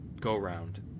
go-round